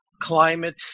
climate